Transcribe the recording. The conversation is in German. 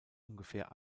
ungefähr